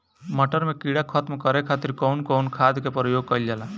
मटर में कीड़ा खत्म करे खातीर कउन कउन खाद के प्रयोग कईल जाला?